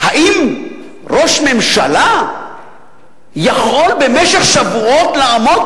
האם ראש ממשלה יכול במשך שבועות לעמוד